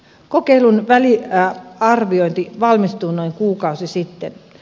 kokeilun väliarviointi valmistui noin kuukausi sitten